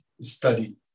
study